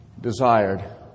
desired